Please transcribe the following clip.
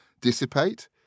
dissipate